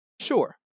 Sure